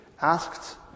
asked